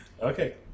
Okay